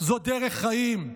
זו דרך חיים.